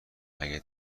اگه